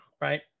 right